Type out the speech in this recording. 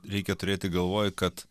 reikia turėti galvoj kad